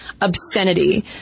obscenity